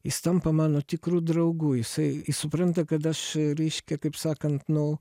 jis tampa mano tikru draugu jisai jis supranta kad aš reiškia kaip sakant nu